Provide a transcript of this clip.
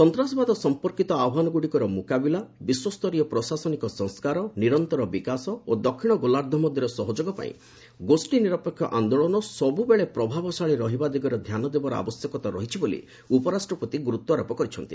ସନ୍ତାସବାଦ ସମ୍ପର୍କୀତ ଆହ୍ୱାନଗୁଡ଼ିକର ମୁକାବିଲା ବିଶ୍ୱସ୍ତରୀୟ ପ୍ରଶାସନିକ ସଂସ୍କାର ନିରନ୍ତର ବିକାଶ ଓ ଦକ୍ଷିଣ ଗୋଲାର୍ଦ୍ଧ ମଧ୍ୟରେ ସହଯୋଗ ପାଇଁ ଗୋଷ୍ଠୀ ନିରପେକ୍ଷ ଆନ୍ଦୋଳନ ସବୁବେଳେ ପ୍ରଭାବଶାଳୀ ରହିବା ଦିଗରେ ଧ୍ୟାନ ଦେବାର ଆବଶ୍ୟକତା ରହିଛି ବୋଲି ଉପରାଷ୍ଟ୍ରପତି ଗୁରୁତ୍ୱାରୋପ କରିଛନ୍ତି